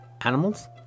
animals